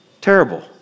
Terrible